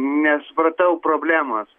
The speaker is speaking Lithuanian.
nesupratau problemos